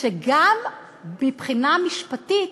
שגם מבחינה משפטית